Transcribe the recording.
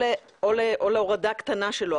או להורדה קטנה שלו,